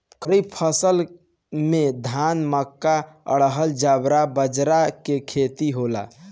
खरीफ के फसल में धान, मक्का, अरहर, जवार, बजरा के खेती होला